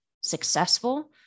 successful